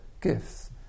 gifts